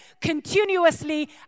continuously